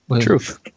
Truth